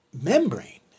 membrane